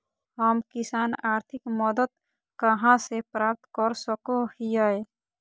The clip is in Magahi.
हम किसान आर्थिक मदत कहा से प्राप्त कर सको हियय?